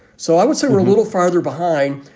so i would say we're a little farther behind.